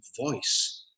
voice